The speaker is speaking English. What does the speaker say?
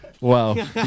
Wow